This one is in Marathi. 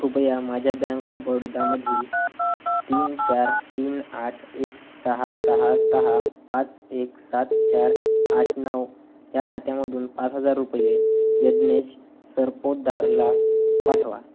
कृपया माझ्या बँक ऑफ बडोदामधील तीन चार तीन आठ एक सहा सहा सहा पाच एक सात चार आठ नऊ या खात्यामधून पाच हजार रुपये यज्ञेश सरपोतदारला पाठवा